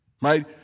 right